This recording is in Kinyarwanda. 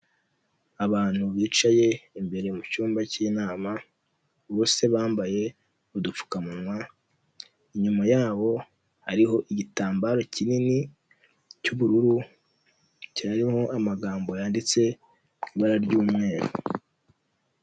Abantu bicaye imbere mu cyumba cy'inama bose se bambaye udupfukamunwa, inyuma yabo hariho igitambaro kinini cy'ubururu cyarimo amagambo yanditse mu ibara ry'umweru.